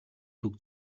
түг